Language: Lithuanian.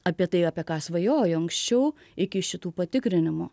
apie tai apie ką svajojo anksčiau iki šitų patikrinimų